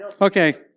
Okay